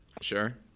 Sure